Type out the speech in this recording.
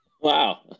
Wow